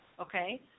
okay